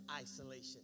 isolation